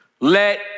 let